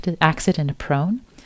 accident-prone